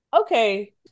Okay